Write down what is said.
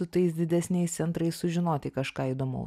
su tais didesniais centrais sužinoti kažką įdomaus